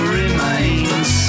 remains